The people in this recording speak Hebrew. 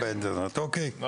היא לא מזרוע העבודה.